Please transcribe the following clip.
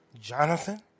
Jonathan